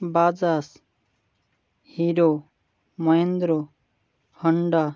Bajaj Hero Mahindra Honda